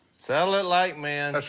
settle it like men.